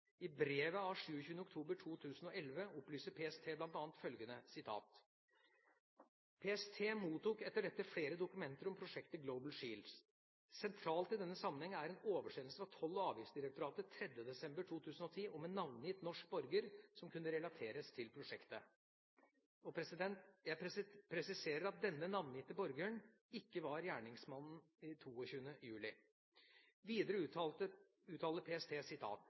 I brev av 27. oktober 2011 opplyser PST bl.a. følgende: «PST mottok etter dette flere dokumenter om prosjektet Global Shield. Sentralt i denne sammenheng er en oversendelse fra Toll- og avgiftsdirektoratet 3. desember 2010 om en navngitt norsk borger som kunne relateres til prosjektet.» Jeg presiserer at denne navngitte borgeren ikke var gjerningsmannen 22. juli. Videre uttaler PST: